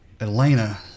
Elena